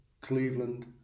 Cleveland